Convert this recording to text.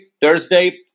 thursday